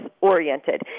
oriented